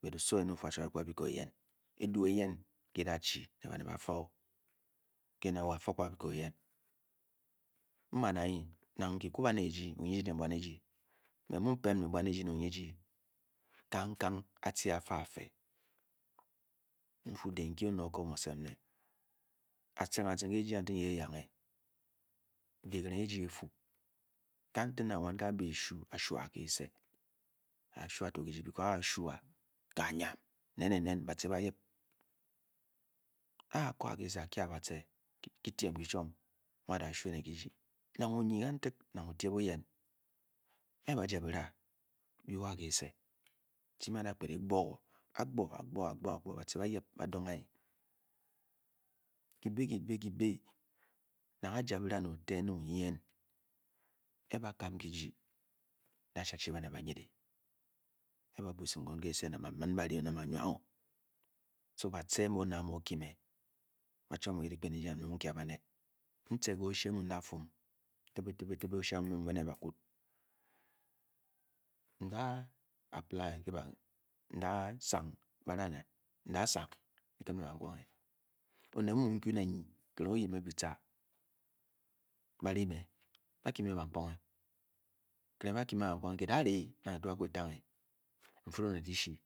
Osowo ogu a'chi afe bikó eyem eduu eyen ke-edachi banet ba-té-o ke na wo'fe gba bikò eyen e'man anyi nanang kyi ku' banét eji nang mbe onyi-ji. wé mu pem ne onyi ji ke-bwan eji kang-kang a'ci a'tee n'fu dé nki onet o'kó mé ocet me. aciring ke eji kantak nyi eyange de- ki raing eji éfú kantak. nang waye ké a-be-shu-a'shu'a'ke'ce a'shu kyiji because ka'a'sha a'kanyam nén baci ba yip-a'ko kye-se a'kye a ba-ce kitiem kichuom mu'a'da'shu kyiji nange onyi kanfall nang o tyem oȳem a'baja byira. biwa kekyise chi mbi a'da kpet e'kpor-o a'a'kpor baci ba'yip ba'dange ka nki. kibé kibé nang aja byira né o'tyem eyen nang okyi-yen. a'ba kam kyiji da'chi-achi banet ba wyne a. ke ba buk esim ke kyise nang ba min ba'ri nang ba'wua-o so baci be onet a'wa o'kyi me ba chwap me. ke dykpen eji nang mé mu kye banet n'che ke o-shee mu. da fum tibé-tibe o-shee a'mu mu n'bé ne bakûd n'da sang ué bank punge. onet mu'mu-o uku né nyi kiraing oyip mé bi-chā ba'ryi me. ba'ki me'bankpunge kyi da ri nang etugaku etange n'feré onet dyi shi.